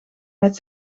met